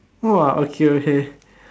!wah! okay okay